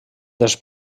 dels